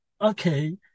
okay